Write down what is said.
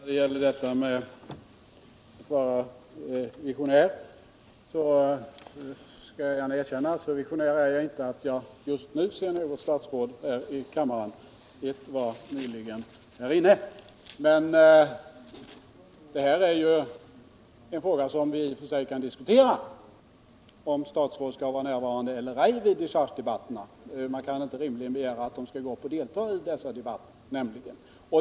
Herr talman! När det gäller talet om att vara visionär vill jag gärna erkänna att jag inte är så visionär att jag just nu kan se något statsråd här i kammaren. Men nyligen var ett statsråd här. Vi kan i och för sig diskutera frågan huruvida statsråd skall närvara eller ej vid dechargedebatterna. Man kan rimligen inte begära att de skall delta i dessa debatter.